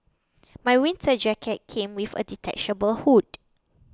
my winter jacket came with a detachable hood